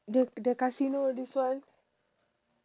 the the casino this one